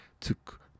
took